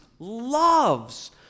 loves